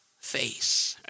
face